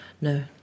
no